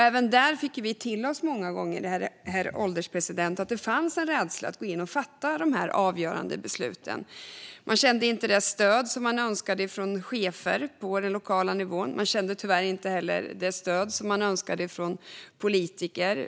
Även där fick vi höra, herr ålderspresident, att det fanns en rädsla för att fatta avgörande beslut. Man kände inte det stöd som man önskade från chefer på den lokala nivån. Man kände tyvärr heller inte det stöd som man önskade från politiker.